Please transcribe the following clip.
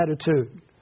attitude